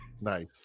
nice